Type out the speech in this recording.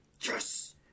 Yes